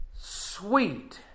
sweet